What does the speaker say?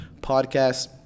podcast